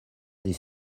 des